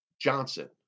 Johnson